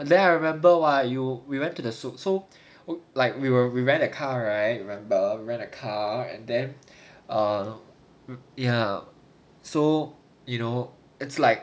but then I remember what you we went to the suit so like we were we rent a car right remember rent a car and then err ya so you know it's like